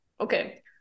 Okay